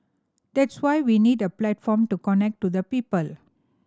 that's why we need a platform to connect to the people